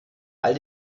all